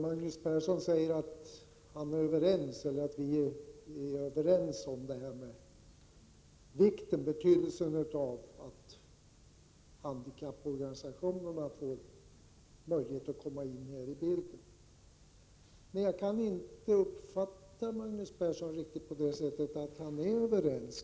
Herr talman! Magnus Persson säger att vi är överens om betydelsen av att handikapporganisationerna får möjlighet att komma med i bilden. Men jag kan inte riktigt uppfatta Magnus Persson på det sättet att han håller med oss.